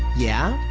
yeah?